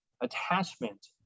attachment